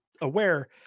aware